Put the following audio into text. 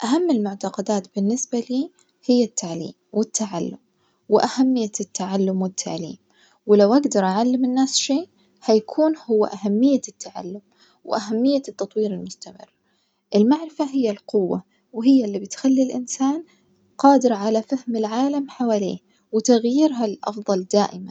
أهم المعتقدات بالنسبة لي هي التعليم والتعلم وأهمية التعلم والتعليم، ولو أجدر أعلم الناس شي هيكون هو أهمية التعلم وأهمية التطوير المستمر المعرفة هو القوة وهي اللي بتخلي الإنسان قادر على فهم العالم حواليه و تغييره للأفضل دائماً.